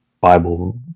Bible